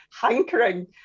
hankering